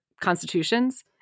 constitutions